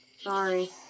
Sorry